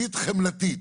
יהודית חמלתית.